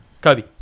Kobe